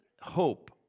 Hope